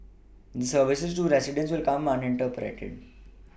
services to residents will command